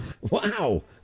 Wow